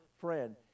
friend